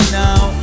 now